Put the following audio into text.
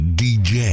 dj